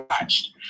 watched